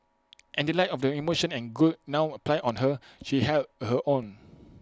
in the light of the emotion and guilt now piled on her she held her own